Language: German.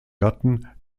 gatten